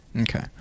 Okay